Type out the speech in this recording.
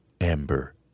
Amber